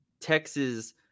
texas